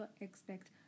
expect